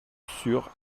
sûre